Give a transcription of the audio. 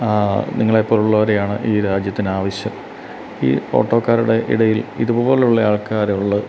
നിങ്ങളെ പോലുള്ളവരെയാണ് ഈ രാജ്യത്തിനാവശ്യം ഈ ഓട്ടോക്കാരുടെ ഇടയിൽ ഇതുപോലെയുള്ള ആൾക്കാരെ ഉള്ളു